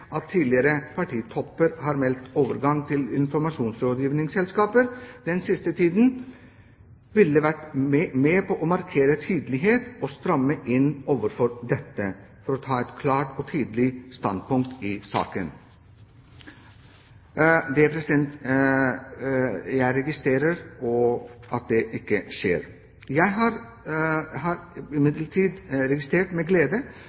at tidligere partitopper har meldt overgang til informasjonsrådgivningsselskaper den siste tiden, ville vært med på å markere tydelighet og stramme inn overfor dette for å ta et klart og tydelig standpunkt i saken. Jeg registrerer at det ikke skjer. Jeg har imidlertid med glede